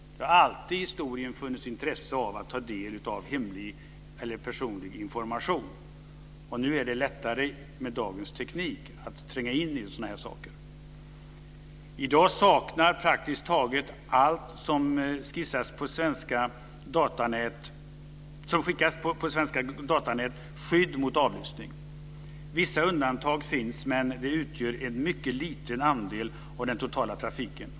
Det har alltid i historien funnits intresse av att ta del av hemlig eller personlig information. Med dagens teknik är det lättare att tränga in i sådana här saker. I dag saknar praktiskt taget allt som skickas på svenska datanät skydd mot avlyssning. Vissa undantag finns, men de utgör en mycket liten andel av den totala trafiken.